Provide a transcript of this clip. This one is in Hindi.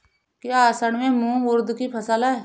क्या असड़ में मूंग उर्द कि फसल है?